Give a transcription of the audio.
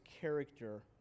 character